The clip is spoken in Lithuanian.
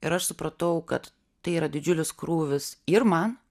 ir aš supratau kad tai yra didžiulis krūvis ir man